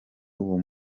uwo